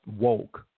woke